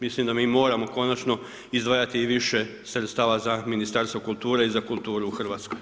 Mislim da mi moramo konačno izdvajati i više sredstava za Ministarstvo kulture i za kulturu u Hrvatskoj.